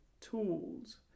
tools